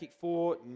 four